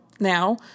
now